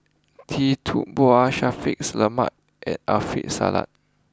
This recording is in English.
Tee Tua Ba Shaffiq Selamat and Alfian Sa'at